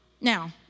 Now